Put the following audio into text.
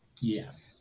Yes